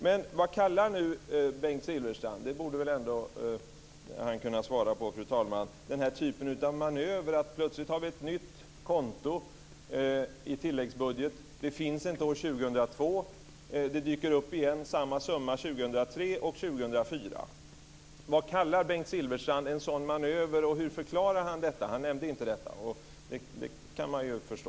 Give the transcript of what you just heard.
Men vad kallar nu Bengt Silfverstrand den här typen av manöver? Det borde han väl ändå kunna svara på, fru talman. Plötsligt har vi ett nytt konto i tilläggsbudgeten. Det finns inte år 2002. Samma summa dyker upp 2003 och 2004. Vad kallar Bengt Silfverstrand en sådan manöver, och hur förklarar han detta? Han nämnde inte det, och det kan man ju förstå.